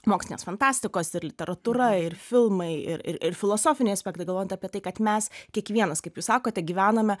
mokslinės fantastikos ir literatūra ir filmai ir ir ir filosofiniai aspektai galvojant apie tai kad mes kiekvienas kaip jūs sakote gyvename